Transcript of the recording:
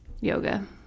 Yoga